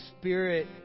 Spirit